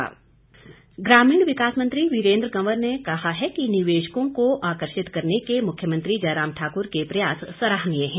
वीरेंद्र कंवर ग्रामीण विकास मंत्री वीरेंद्र कंवर ने कहा है कि निवेशकों को आकर्षित करने के मुख्यमंत्री जयराम ठाकुर के प्रयास सराहनीय है